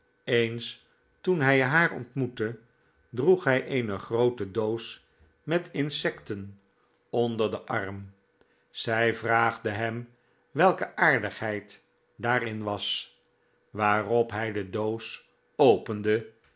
eens toen hij haar ontmoette droeg hij eene groote doos met insecten onder den arm zy vraagde hem welke aardigheid daarin was waarop hij de doos opende